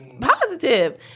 positive